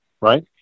right